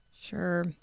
Sure